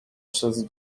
przez